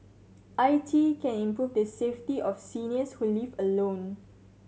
I T can improve the safety of seniors who live alone